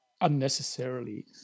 unnecessarily